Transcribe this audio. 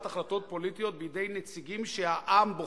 החלטות פוליטיות בידי נציגים שהעם בוחר"